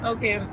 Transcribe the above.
Okay